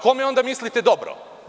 Kome onda mislite dobro?